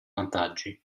vantaggi